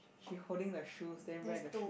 she holding the shoes then wear the shoe